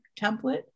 template